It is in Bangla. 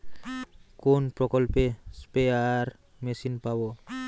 কোন প্রকল্পে স্পেয়ার মেশিন পাব?